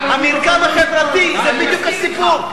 המרקם החברתי, זה בדיוק הסיפור.